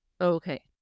Okay